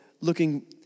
looking